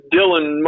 Dylan